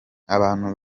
abantu